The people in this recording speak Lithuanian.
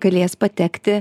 galės patekti